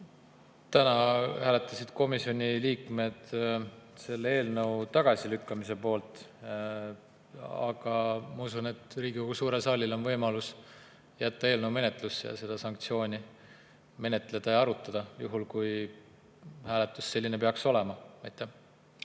peaks olema. Komisjoni liikmed hääletasid selle eelnõu tagasilükkamise poolt. Aga ma usun, et Riigikogu suurel saalil on võimalus jätta see eelnõu menetlusse ning seda sanktsiooni menetleda ja arutada, juhul kui hääletus selline peaks olema. Hea